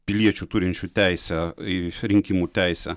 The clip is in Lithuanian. piliečių turinčių teisę į rinkimų teisę